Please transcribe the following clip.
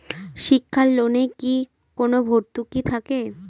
শিক্ষার লোনে কি কোনো ভরতুকি থাকে?